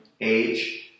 age